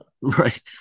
right